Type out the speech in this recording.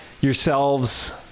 yourselves